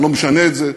אני לא משנה את זה,